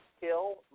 kill